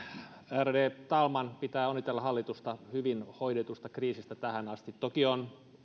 ärade talman pitää onnitella hallitusta tähän asti hyvin hoidetusta kriisistä toki on